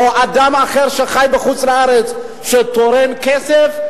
או אדם אחר שחי בחוץ-לארץ ותורם כסף,